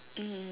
mmhmm